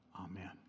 Amen